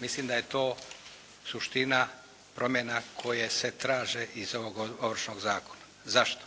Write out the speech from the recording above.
Mislim da je to suština promjena koje se traže iz ovog Ovršnog zakona. Zašto?